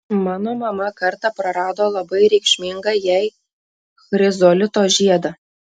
mano mama kartą prarado labai reikšmingą jai chrizolito žiedą